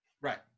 Right